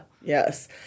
Yes